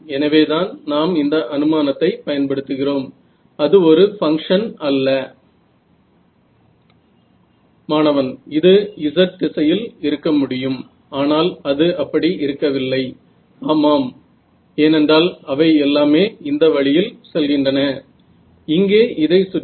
तर तुम्ही FEM inverse problem forward problem मध्ये अशा प्रकारे करू शकता बरोबर आहे